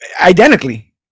identically